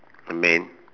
I mean